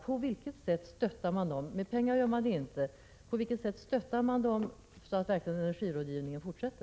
På vilket sätt stöttar man dem, så att energirådgivningen verkligen fortsätter? Med pengar gör man ju det inte.